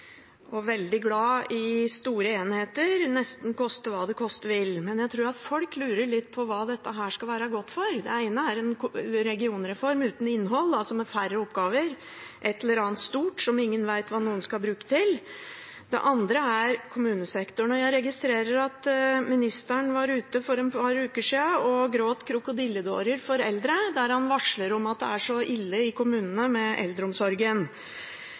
og veldig glad i store enheter nesten koste hva det koste vil. Men jeg tror folk lurer litt på hva dette skal være godt for. Det ene er en regionreform uten innhold, altså med færre oppgaver – et eller annet stort som ingen vet hva noen skal bruke til. Det andre er kommunesektoren. Jeg registrerer at ministeren var ute for et par uker siden og gråt krokodilletårer for eldre og varslet at det er så ille med eldreomsorgen i kommunene,